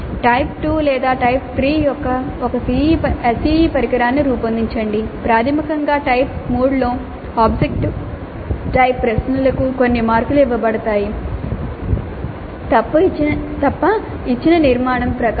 type 2 లేదా type 3 యొక్క ఒక SEE పరికరాన్ని రూపొందించండి ప్రాథమికంగా టైప్ మూడులో ఆబ్జెక్టివ్ టైప్ ప్రశ్నలకు కొన్ని మార్కులు ఇవ్వబడతాయి తప్ప ఇచ్చిన నిర్మాణం ప్రకారం